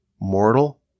mortal